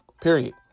Period